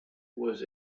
was